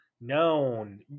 known